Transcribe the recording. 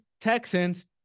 Texans